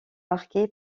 marqué